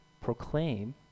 proclaim